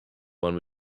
one